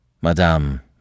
Madame